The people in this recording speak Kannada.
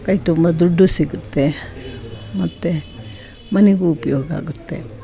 ಕೈ ತುಂಬ ದುಡ್ಡೂ ಸಿಗುತ್ತೆ ಮತ್ತು ಮನೆಗೂ ಉಪಯೋಗ ಆಗುತ್ತೆ